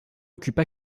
occupe